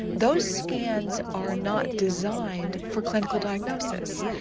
those scans are not designed for clinical diagnosis.